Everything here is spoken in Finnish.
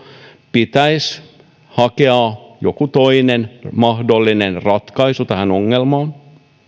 pitäisi hakea joku toinen mahdollinen ratkaisu tähän ongelmaan